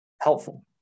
helpful